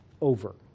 over